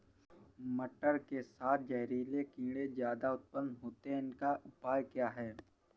मटर के साथ जहरीले कीड़े ज्यादा उत्पन्न होते हैं इनका उपाय क्या है?